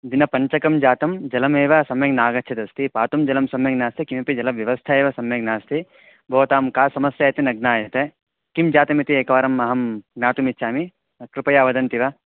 दिनपञ्चकं जातं जलमेव सम्यक् नागच्छदस्ति पातुं जलं सम्यक् नास्ति किमपि जलव्यवस्था एव सम्यक् नास्ति भवतां का समस्या इति न ज्ञायते किं जातमिति एकवारम् अहं ज्ञातुमिच्छामि कृपया वदन्ति वा